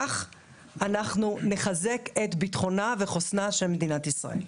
כך אנחנו נחזק את ביטחונה וחוסנה של מדינת ישראל.